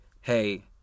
hey